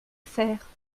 faire